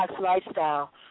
lifestyle